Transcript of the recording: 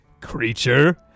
creature